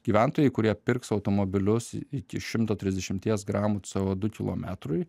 gyventojai kurie pirks automobilius iki šimto trisdešimties gramų c o du kilometrui